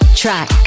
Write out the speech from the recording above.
track